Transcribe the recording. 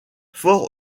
fort